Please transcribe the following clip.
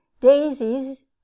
daisies